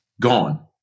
Gone